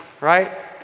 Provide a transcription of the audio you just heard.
Right